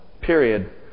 period